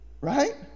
Right